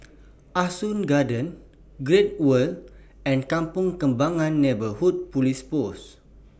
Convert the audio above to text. Ah Soo Garden Great World and Kampong Kembangan Neighbourhood Police Post